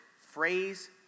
phrase